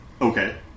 okay